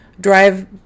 drive